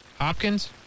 Hopkins